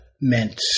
meant